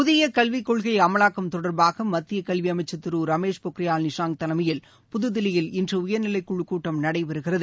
புதிய கல்வி கொள்கை அமலாக்கம் தொடர்பாக மத்திய கல்வி அமைச்சர் திரு ரமேஷ் பொக்ரியால் நிஷாங் தலைமையில் புதுதில்லியில் இன்று உயர்நிலைக்குழு கூட்டம் நடைபெறுகிறது